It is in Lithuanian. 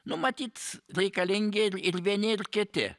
nu matyt reikalingi ir vieni ir kiti